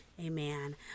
Amen